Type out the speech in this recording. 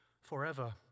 forever